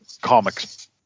comics